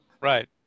Right